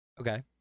Okay